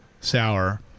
sour